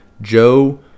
Joe